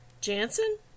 Jansen